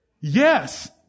Yes